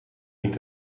niet